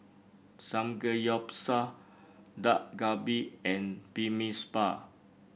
Samgeyopsal Dak Galbi and Bibimbap